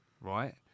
right